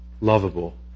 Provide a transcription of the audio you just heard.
lovable